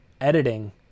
editing